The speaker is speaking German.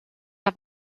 der